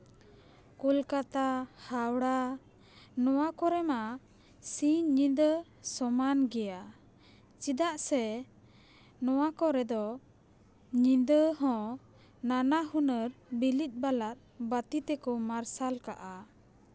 ᱠᱳᱞᱠᱟᱛᱟ ᱦᱟᱣᱲᱟ ᱱᱚᱣᱟ ᱠᱚᱨᱮᱜ ᱢᱟ ᱥᱤᱧ ᱧᱤᱫᱟᱹ ᱥᱚᱢᱟᱱ ᱜᱮᱭᱟ ᱪᱮᱫᱟᱜ ᱥᱮ ᱱᱚᱣᱟ ᱠᱚ ᱨᱮᱫᱚ ᱧᱤᱫᱟᱹ ᱦᱚᱸ ᱱᱟᱱᱟ ᱦᱩᱱᱟᱹᱨ ᱵᱤᱞᱤᱫ ᱵᱟᱞᱟᱫ ᱵᱟᱹᱛᱤ ᱛᱮᱠᱚ ᱢᱟᱨᱥᱟᱞ ᱠᱟᱜᱼᱟ